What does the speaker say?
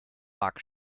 marc